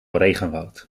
regenwoud